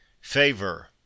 favor